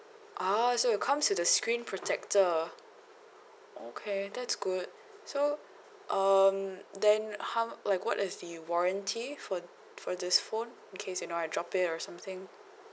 ah so it comes with the screen protector okay that's good so um then how like what is the warranty for for this phone in case you know I drop it or something